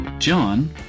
John